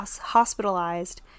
hospitalized